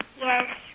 Yes